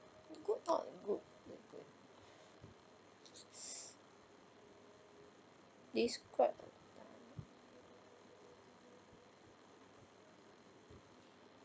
good not good good good this quite